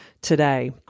today